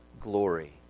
glory